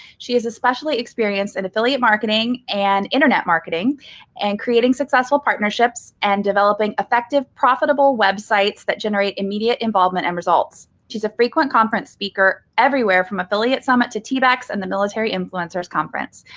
she is especially experienced in affiliate marketing and internet marketing and creating successful partnerships and developing effective, profitable websites that generate immediate involvement and results. she's a frequent conference speaker everywhere from affiliate summit to tbex and the military influencers conference.